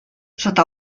sota